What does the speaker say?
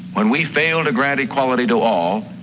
when we fail to grant equality to all,